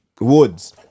woods